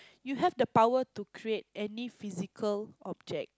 you have the power to create any physical object